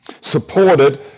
Supported